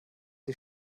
sie